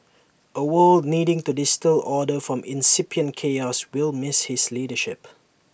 A world needing to distil order from incipient chaos will miss his leadership